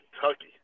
Kentucky